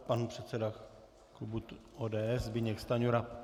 Pan předseda klubu ODS Zbyněk Stanjura.